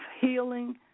healing